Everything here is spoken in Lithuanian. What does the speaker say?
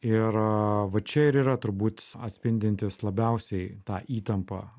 ir va čia ir yra turbūt atspindintis labiausiai tą įtampą